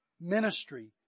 ministry